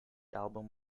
album